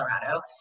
Colorado